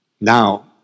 Now